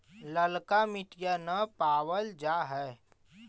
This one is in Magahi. ललका मिटीया न पाबल जा है?